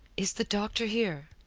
is the doctor here?